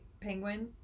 Penguin